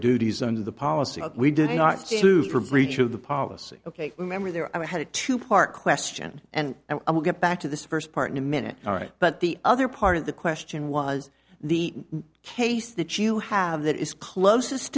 duties under the policy of we did not choose for breach of the policy ok remember there i had a two part question and i'll get back to this first part in a minute all right but the other part of the question was the case that you have that is closest